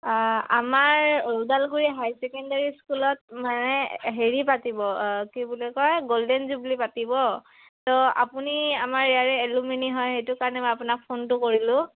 আমাৰ Udalguri high secondary স্কুলত মানে হেৰি পাতিব কি বুলি কয় গ'ল্ডেন জুবুলি পাতিব ত' আপুনি আমাৰ ইয়াৰে এলুমিনী হয় সেইটো কাৰণে মই আপোনাক ফোনটো কৰিলোঁ